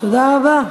תודה רבה.